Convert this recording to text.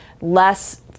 less